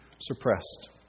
suppressed